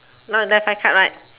now left five card right